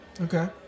Okay